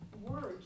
words